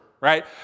right